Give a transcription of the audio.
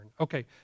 Okay